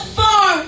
far